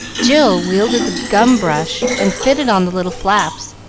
jill wielded the gum-brush and fitted on the little flaps,